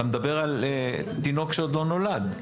אתה מדבר על תינוק שעוד לא נולד.